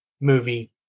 movie